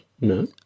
no